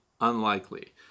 unlikely